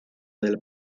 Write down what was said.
del